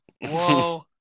Whoa